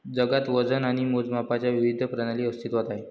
जगात वजन आणि मोजमापांच्या विविध प्रणाली अस्तित्त्वात आहेत